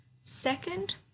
Second